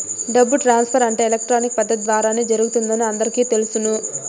డబ్బు ట్రాన్స్ఫర్ అంటే ఎలక్ట్రానిక్ పద్దతి ద్వారానే జరుగుతుందని అందరికీ తెలుసును